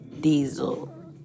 diesel